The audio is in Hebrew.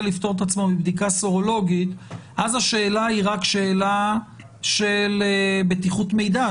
לפטור את עצמו מבדיקה סרולוגית אז השאלה היא רק שאלה של בטיחות מידע,